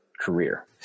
career